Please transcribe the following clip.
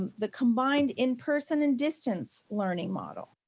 the combined in-person and distance learning model.